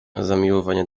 zamiłowanie